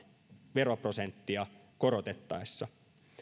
veroprosenttia korotettaessa